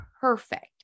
perfect